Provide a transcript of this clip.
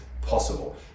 possible